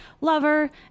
lover